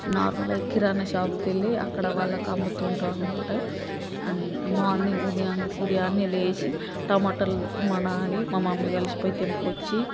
నార్మల్గా కిరాణా షాప్కి ఎల్లి అక్కడ వాళ్ళకి అమ్ముతూ ఉంటాం అన్నమాట అం మార్నింగ్ ఉదయా ఉదయాన్నే లేచి టమాటాలు మా డాడీ మా మమ్మీ కలిసి పోయి తెంపుకొచ్చి